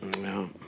No